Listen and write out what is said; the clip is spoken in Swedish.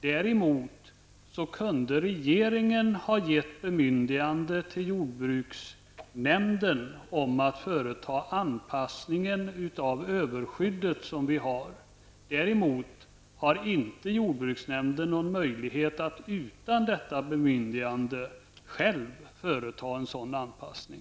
Däremot kunde regeringen ha givit bemyndigande till jordbruksnämnden att företa anpassningen av överskyddet som vi har. Jordbruksnämnden har däremot inte möjlighet att utan detta bemyndigande själv göra en sådan anpassning.